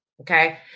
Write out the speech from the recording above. Okay